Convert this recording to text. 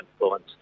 influence